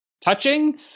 touching